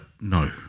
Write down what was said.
no